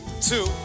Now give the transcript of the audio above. two